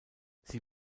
sie